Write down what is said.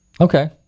Okay